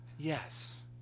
Yes